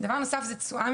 דבר נוסף הוא תשואה